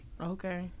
Okay